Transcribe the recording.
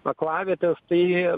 aklavietės tai